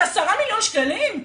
על 10 מיליון שקלים?